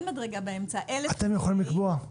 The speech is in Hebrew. אתם יכולים לקבוע.